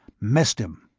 missed him!